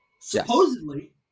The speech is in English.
supposedly